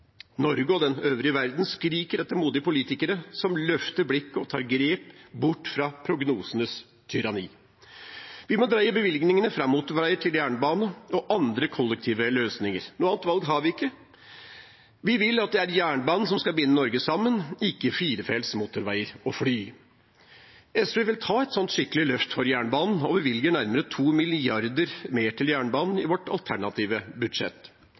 Norge og den øvrige verden skriker etter modige politikere som løfter blikket og tar grep – bort fra prognosenes tyranni. Vi må dreie bevilgningene fra motorveier til jernbane og andre kollektive løsninger. Noe annet valg har vi ikke. Vi vil at det er jernbanen som skal binde Norge sammen, ikke firefelts motorveier og fly. SV vil ta et skikkelig løft for jernbanen og bevilger nærmere 2 mrd. kr mer til jernbanen i sitt alternative budsjett.